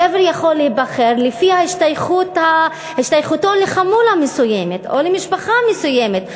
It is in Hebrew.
גבר יכול להיבחר לפי השתייכותו לחמולה מסוימת או למשפחה מסוימת.